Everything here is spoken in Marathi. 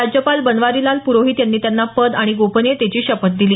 राज्यपाल बनवारीलाल प्रोहित यांनी त्यांना पद आणि गोपनियतेची शपथ दिली